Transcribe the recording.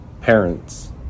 parents